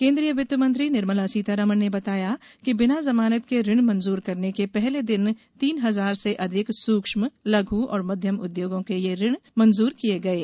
केंद्रीय वित्त मंत्री निर्मला सीतारमन ने बताया है कि बिना जमानत के ऋण मंजूर करने के पहले दिन तीन हजार से अधिक सूक्ष्म लघु और मध्यम उद्योगों को ये ऋण मंजूर किये गये